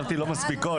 חשבתי, לא מספיקות.